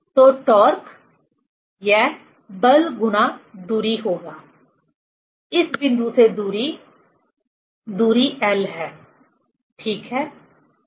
तो टॉर्क यह बल गुणा दूरी होगा इस बिंदु से दूरी दूरी एल है ठीक है